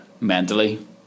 mentally